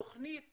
תוכנית